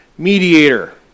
Mediator